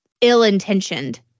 ill-intentioned